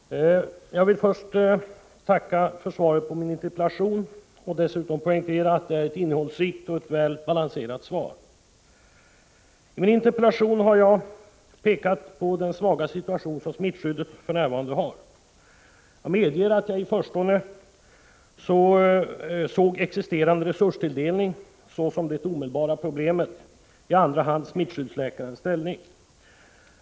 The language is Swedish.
Herr talman! Jag vill först tacka för svaret på min interpellation och dessutom poängtera att det är ett innehållsrikt och väl balanserat svar. I min interpellation har jag pekat på den svaga situation som smittskyddet för närvarande har. Jag medger att jag i förstone såg existerande resurstilldelning såsom det omedelbara problemet, i andra hand smittskyddsläkarens ställning.